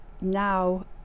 now